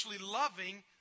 loving